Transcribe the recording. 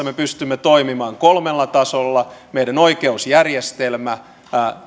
me pystymme toimimaan kolmella tasolla meidän oikeusjärjestelmä